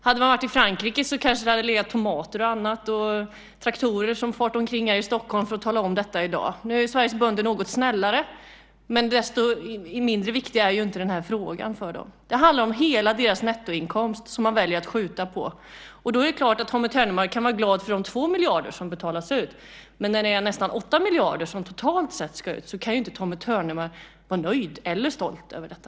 Hade vi varit i Frankrike hade det kanske legat tomater och annat på gatorna och man hade farit omkring i traktorer här i Stockholm i dag för att tala om detta. Nu är Sveriges bönder något snällare, men frågan är inte mindre viktig för dem för det. Det handlar om hela deras nettoinkomst, som man väljer att skjuta på. Det är klart att Tommy Ternemar kan vara glad för de 2 miljarder som betalas ut. Men när det är nästan 8 miljarder totalt sett som ska ut kan ju inte Tommy Ternemar vara nöjd med eller stolt över detta.